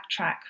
backtrack